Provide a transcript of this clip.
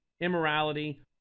immorality